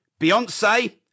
Beyonce